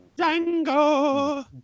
Django